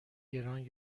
گران